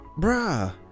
bruh